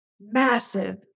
massive